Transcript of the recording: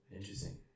interesting